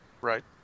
right